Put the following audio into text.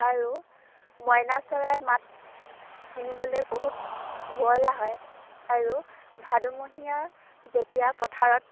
আৰু মইনা চৰাইৰ মাত শুনিবলৈ বহুত শুৱলা হয় আৰু ভাদমহীয়া যেতিয়া পথাৰত